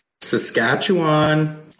Saskatchewan